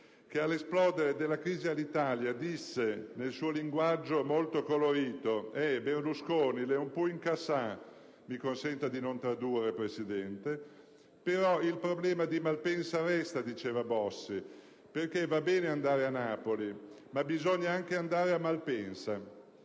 che all'esplodere della crisi Alitalia disse, nel suo linguaggio molto colorito: «Eh Berlusconi *l'è un pù incasà*...»; mi consenta di non tradurre, Presidente. «Però, il problema di Malpensa resta», diceva Bossi. «Perché va bene andare a Napoli, ma bisogna anche andare a Malpensa».